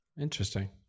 Interesting